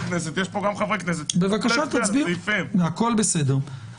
הכול בסדר.